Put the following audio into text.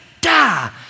die